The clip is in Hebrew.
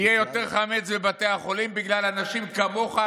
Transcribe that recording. יהיה יותר חמץ בבתי החולים בגלל אנשים כמוך,